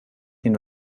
den